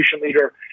leader